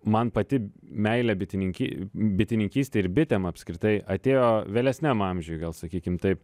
man pati meilė bitininky bitininkystei ir bitėm apskritai atėjo vėlesniam amžiuj gal sakykim taip